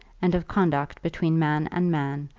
and of conduct between man and man,